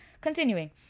Continuing